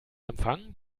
empfang